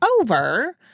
over